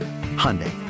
Hyundai